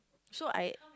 so I